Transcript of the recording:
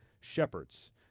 shepherds